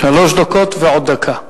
שלוש דקות ועוד דקה,